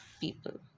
people